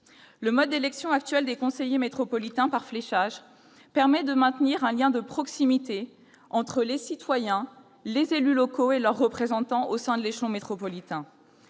Le mode d'élection actuel des conseillers métropolitains par fléchage permet de maintenir un lien de proximité entre les citoyens, les élus locaux et leurs représentants au sein de l'échelon métropolitain.